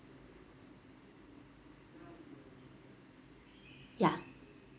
ya